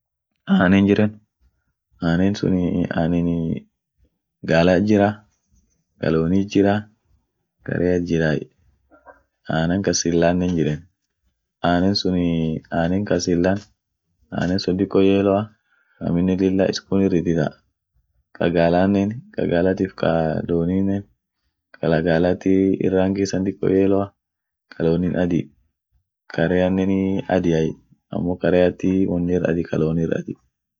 Anen jiren anen sunii anenii gaalat jirra, ka looni jirra ka reat jirray, anen ka sillanen hinjiren, anen sunii anen ka silla, anen sun dikko yeloa, aminen lilla is kunir itita, ka galanen, ka gaalatif ka loninen, ka gaalat ir rangi issan ir diko yeloa, ka lonin adi, ka reanenii adiay, amo ka reati wonir adi ka lonir adi.